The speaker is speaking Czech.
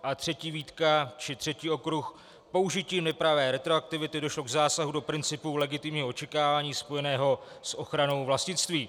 A třetí výtka či třetí okruh, použitím nepravé retroaktivity došlo k zásahu do principů legitimního očekávání spojeného s ochranou vlastnictví.